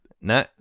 No